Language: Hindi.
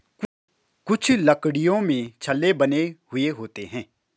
कुछ लकड़ियों में छल्ले बने हुए होते हैं